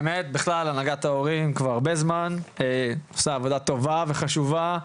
הנהגת ההורים כבר הרבה זמן עושה עבודה טובה וחשובה.